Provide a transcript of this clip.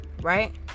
Right